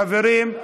חברים,